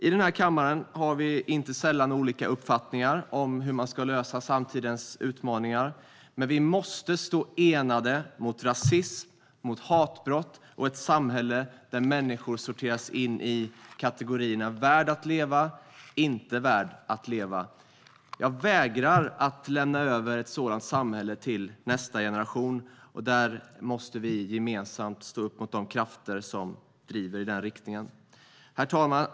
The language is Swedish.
I den här kammaren har vi inte sällan olika uppfattningar om hur man ska lösa samtidens utmaningar, men vi måste stå enade mot rasism, hatbrott och ett samhälle där människor sorteras in i kategorierna "värd att leva" och "inte värd att leva". Jag vägrar lämna över ett sådant samhälle till nästa generation, och vi måste gemensamt stå upp mot de krafter som driver i den riktningen. Herr talman!